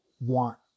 want